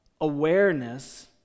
awareness